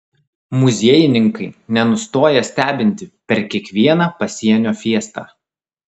muziejininkai nenustoja stebinti per kiekvieną pasienio fiestą